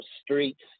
streets